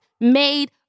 made